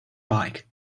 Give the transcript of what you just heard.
bike